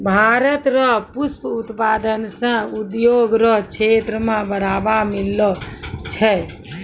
भारत रो पुष्प उत्पादन से उद्योग रो क्षेत्र मे बढ़ावा मिललो छै